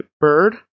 bird